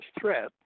threat